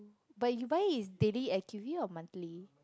but you buy is daily acuvue or monthly